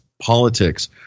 politics